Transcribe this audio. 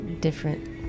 different